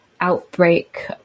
outbreak